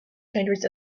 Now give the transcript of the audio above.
countries